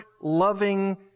loving